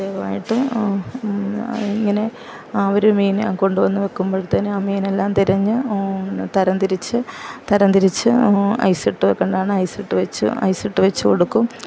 പ്രത്യേകമായിട്ട് ഇങ്ങനെ അവര് മീന് കൊണ്ട് വന്ന് വെക്കുമ്പഴത്തേനും ആ മീനെല്ലാം തിരഞ്ഞ് തരംതിരിച്ച് തരംതിരിച്ച് ഐസ് ഇട്ട് വെക്കണ്ടതാണേൽ ഐസ് ഇട്ട് വെച്ച് ഐസ് ഇട്ട് വെച്ചുകൊടുക്കും